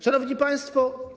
Szanowni Państwo!